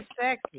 sexy